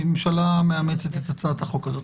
הממשלה מאמצת את הצעת החוק הזאת.